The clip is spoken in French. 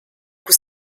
coup